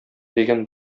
дигән